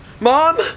Mom